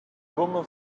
woman